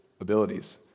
abilities